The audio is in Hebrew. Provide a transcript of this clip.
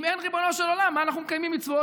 אם אין ריבונו של עולם, מה אנחנו מקיימים מצוות?